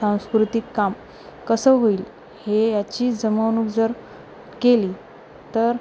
सांस्कृतिक काम कसं होईल हे याची जमवणूक जर केली तर